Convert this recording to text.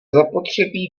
zapotřebí